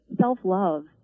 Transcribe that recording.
Self-love